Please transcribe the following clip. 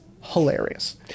hilarious